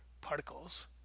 particles